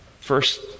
First